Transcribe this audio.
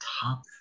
top